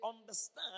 understand